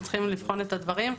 אנחנו צריכים לבחון את הדברים.